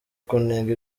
kunenga